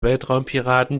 weltraumpiraten